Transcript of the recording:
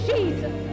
Jesus